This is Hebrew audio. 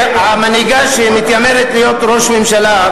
המנהיגה שמתיימרת להיות ראש ממשלה,